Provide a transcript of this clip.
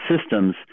systems